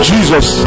Jesus